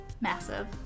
massive